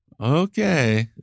Okay